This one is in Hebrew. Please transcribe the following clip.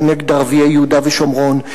כנגד ערביי יהודה ושומרון,